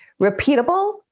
repeatable